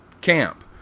camp